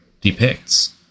depicts